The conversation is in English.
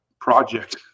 project